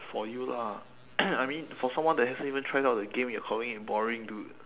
for you lah I mean for someone that hasn't even tried out the game you're calling it boring dude